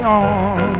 on